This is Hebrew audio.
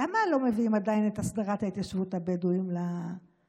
למה לא מביאים עדיין את הסדרת התיישבות הבדואים לממשלה?